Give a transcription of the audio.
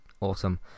awesome